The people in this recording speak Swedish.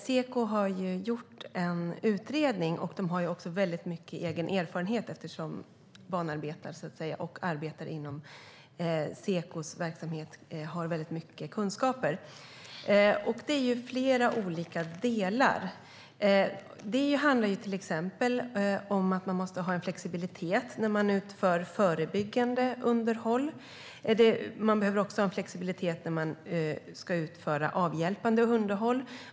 Seko har gjort en utredning och har också väldigt mycket egen erfarenhet, eftersom banarbetare och andra arbetare inom Sekos verksamhetsområde har väldigt mycket kunskaper. Det är flera olika delar. Det handlar till exempel om att man måste ha en flexibilitet när man utför förebyggande underhåll. Man behöver också ha en flexibilitet när man ska utföra avhjälpande underhåll.